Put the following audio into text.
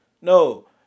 No